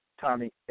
Tommy